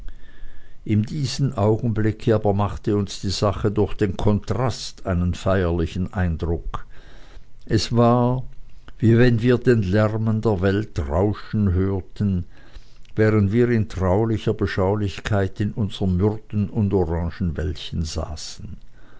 in diesem augenblicke aber machte uns die sache durch den kontrast einen feierlichen eindruck es war wie wenn wir den lärmen der welt rauschen hörten während wir in traulicher beschaulichkeit in unserm myrten und orangenwäldchen saßen